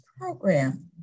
program